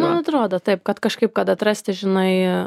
man atrodo taip kad kažkaip kad atrasti žinai